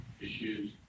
issues